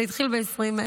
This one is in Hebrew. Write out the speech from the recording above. זה התחיל ב-20,000,